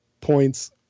points